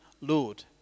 Lord